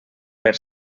per